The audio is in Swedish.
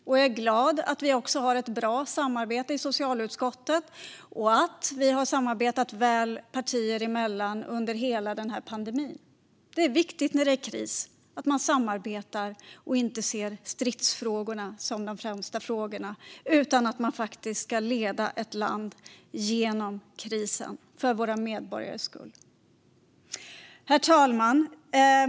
Jag är också glad att vi har ett bra samarbete i socialutskottet och att vi har samarbetat väl partier emellan under hela pandemin. När det är kris är det viktigt för medborgarnas skull att man samarbetar för att leda landet genom krisen och inte ser stridsfrågorna som de främsta frågorna. Herr talman!